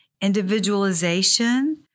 individualization